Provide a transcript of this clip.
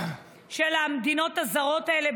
של המדינות הזרות האלה,